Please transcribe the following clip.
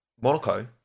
Monaco